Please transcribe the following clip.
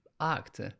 act